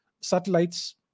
satellites